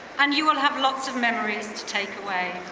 and you will have lots of memories to take away.